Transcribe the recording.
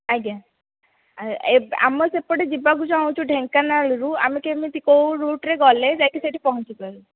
ଆଜ୍ଞା ଆମ ସେପଟେ ଯିବାକୁ ଚାହୁଁଛୁ ଢେଙ୍କାନାଳରୁ ଆମେ କେମିତି କେଉଁ ରୁଟ୍ରେ ଗଲେ ଯାଇକି ସେଇଠି ପହଞ୍ଚିପାରିବୁ